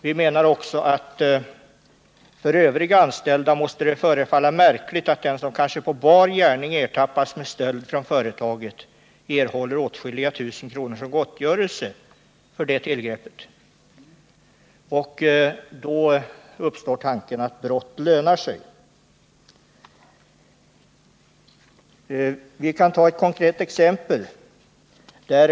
Vi menar också att det för övriga anställda måste förefalla märkligt att den som kanske på bar gärning ertappats med stöld från företaget erhåller åtskilliga tusen kronor som ”gottgörelse” för detta tillgrepp. Då uppstår tanken att brott lönar sig. Jag kan ta ett konkret exempel.